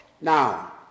Now